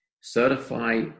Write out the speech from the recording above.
certify